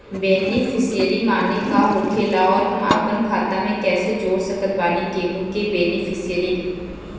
Beneficiary माने का होखेला और हम आपन खाता मे कैसे जोड़ सकत बानी केहु के बेनीफिसियरी?